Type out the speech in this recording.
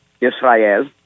Israel